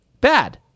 Bad